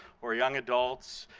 or young adults,